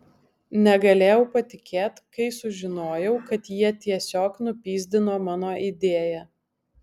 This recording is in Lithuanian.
negalėjau patikėt kai sužinojau kad jie tiesiog nupyzdino mano idėją